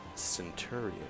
centurion